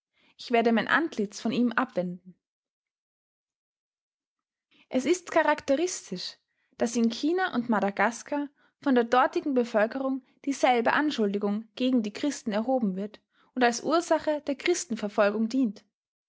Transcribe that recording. ich werde mein antlitz von ihm abwenden es ist charakteristisch daß in china und madagaskar von der dortigen bevölkerung dieselbe anschuldigung gegen die christen erhoben wird und als ursache der christenverfolgung dient